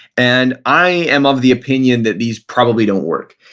and i am of the opinion that these probably don't work.